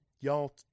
y'all